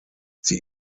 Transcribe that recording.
sie